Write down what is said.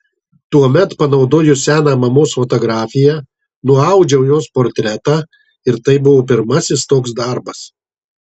tuomet panaudojus seną mamos fotografiją nuaudžiau jos portretą ir tai buvo pirmasis toks darbas